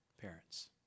parents